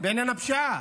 בעניין הפשיעה.